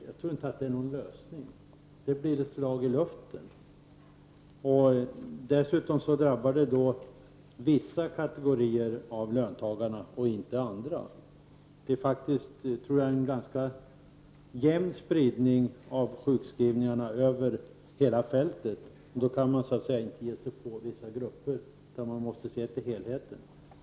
Det är inte någon lösning — det blir ett slag i luften. Dessutom drabbar det vissa kategorier av löntagarna och inte andra. Det är en ganska jämn spridning av sjukskrivningarna över hela fältet, och då kan man inte ge sig på vissa grupper, utan man måste se till helheten.